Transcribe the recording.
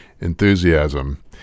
enthusiasm –